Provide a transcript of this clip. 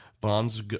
bonds